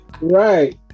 right